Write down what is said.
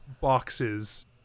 boxes